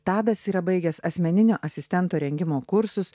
tadas yra baigęs asmeninio asistento rengimo kursus